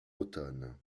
automne